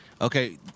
Okay